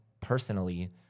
personally